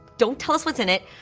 don't tell us what's in it,